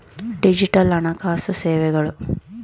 digital ಹಣಕಾಸು ಸೇವೆಗಳು